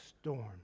storm